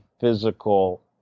physical